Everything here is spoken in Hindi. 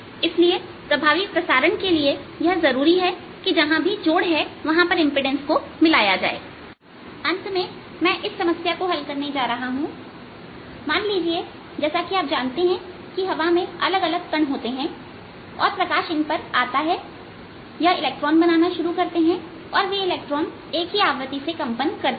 इसलिए प्रभावी प्रसारण के लिए यह जरूरी है कि जहां भी जोड़ हैवहां इंपीडेंस को मिलाया जाए अंत में मैं इस समस्या को हल करने जा रहा हूं मान लीजिए जैसा कि आप जानते हैं की हवा में यह अलग अलग कण होते हैं और प्रकाश इन पर आता है और यह इलेक्ट्रॉन बनाना शुरू करते हैं तथा वे एक ही आवृत्ति से कंपन करते हैं